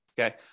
Okay